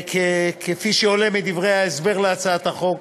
כפי שעולה מדברי ההסבר להצעת החוק.